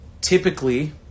typically